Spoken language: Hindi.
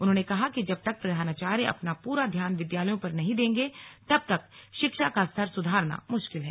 उन्होंने कहा कि जब तक प्रधानाचार्य अपना पूरा ध्यान विद्यालयों पर नहीं देंगे तब तक शिक्षा का स्तर सुधारना मुश्किल है